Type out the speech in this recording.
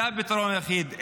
זה הפתרון היחיד.